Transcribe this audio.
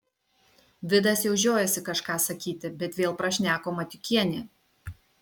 vidas jau žiojosi kažką sakyti bet vėl prašneko matiukienė